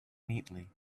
neatly